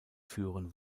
führen